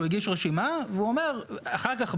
שהוא הגיש רשימה והוא אומר אחר כך,